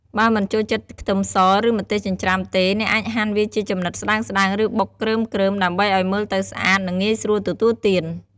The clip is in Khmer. បើមិនចូលចិត្តខ្ទឹមស ឬម្ទេសចិញ្ច្រាំទេ អ្នកអាចហាន់វាជាចំណិតស្តើងៗ ឬបុកគ្រើមៗ ដើម្បីឲ្យមើលទៅស្អាត និងងាយស្រួលទទួលទាន។